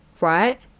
right